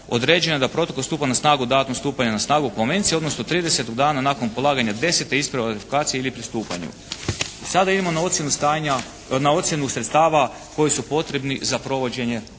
određeno je da protokol stupa na snagu danom stupanja na snagu konvencije odnosno 30 dana nakon polaganja 10 isprave o ratifikaciji ili pristupanju. I sada idemo na ocjenu sredstava koji su potrebni za provođenje ovog